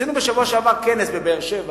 בשבוע שעבר עשינו כנס בבאר-שבע,